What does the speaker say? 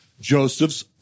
Joseph's